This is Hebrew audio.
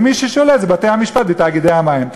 ומי ששולט זה בתי-המשפט ותאגידי המים.